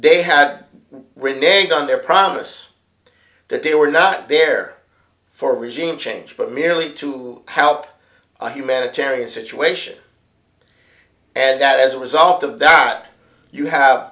they had written egged on their promise that they were not there for regime change but merely to help by humanitarian situation and that as a result of that you have